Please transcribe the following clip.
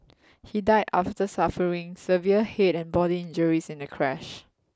he died after suffering severe head and body injuries in a crash